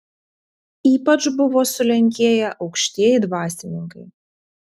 ypač buvo sulenkėję aukštieji dvasininkai